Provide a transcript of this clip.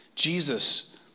Jesus